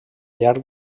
llarg